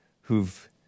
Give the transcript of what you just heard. who've